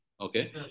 Okay